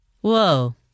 Whoa